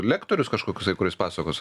lektorius kažkoksai kuris pasakos